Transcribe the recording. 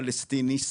פלסטיני,